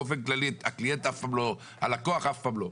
באופן כללי הלקוח אף פעם לא,